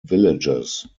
villagers